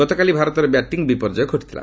ଗତକାଲି ଭାରତର ବ୍ୟାଟିଂ ବିପର୍ଯ୍ୟୟ ଘଟିଥିଲା